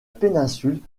péninsule